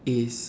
is